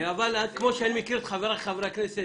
כמו שאני מכיר את חבריי חברי הכנסת,